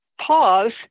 pause